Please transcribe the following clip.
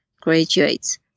graduates